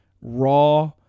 raw